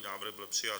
Návrh byl přijat.